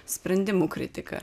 sprendimų kritiką